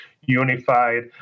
unified